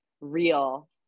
real